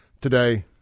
today